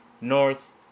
North